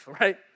right